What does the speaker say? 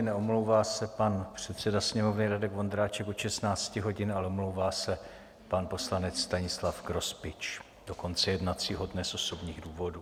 Neomlouvá se pan předseda Sněmovny Radek Vondráček od 16 hodin, ale omlouvá se pan poslanec Stanislav Grospič do konce jednacího dne z osobních důvodů.